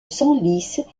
senlis